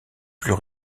plus